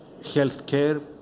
healthcare